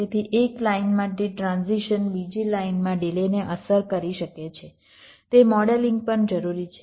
તેથી એક લાઇનમાં તે ટ્રાન્ઝિશન બીજી લાઇનમાં ડિલેને અસર કરી શકે છે તે મોડેલિંગ પણ જરૂરી છે